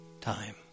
time